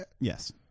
Yes